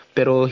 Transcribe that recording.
Pero